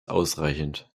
ausreichend